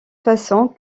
façon